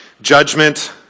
Judgment